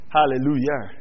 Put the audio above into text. Hallelujah